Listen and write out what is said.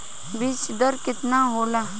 बीज दर केतना होला?